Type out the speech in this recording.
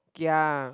gia